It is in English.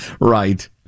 Right